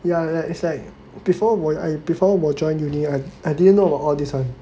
ya like it's like before when I before 我 join uni I I didn't know about all this [one]